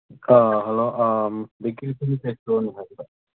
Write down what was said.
ꯑꯥ hello ꯎꯝ ꯏꯁꯇꯣꯔꯅꯤ ꯍꯥꯏꯕꯤꯔꯛꯑꯣ